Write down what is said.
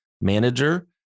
manager